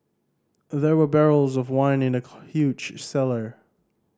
there were barrels of wine in the huge cellar